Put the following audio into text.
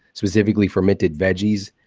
specifically fermented veggies,